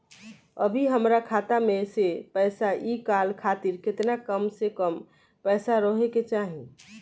अभीहमरा खाता मे से पैसा इ कॉल खातिर केतना कम से कम पैसा रहे के चाही?